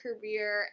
career